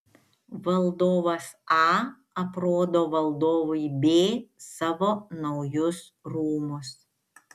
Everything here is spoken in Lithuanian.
valdovas a aprodo valdovui b savo naujus rūmus